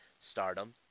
Stardom